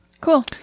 Cool